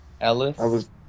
Ellis